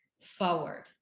forward